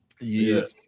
yes